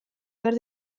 behar